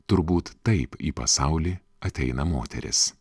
turbūt taip į pasaulį ateina moterys